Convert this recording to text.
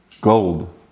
gold